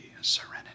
serenity